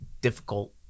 difficult